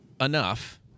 enough